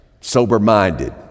Sober-minded